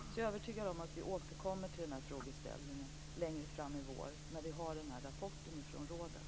Jag är övertygad om att vi återkommer till den här frågeställningen längre fram i vår, när vi har rapporten från rådet.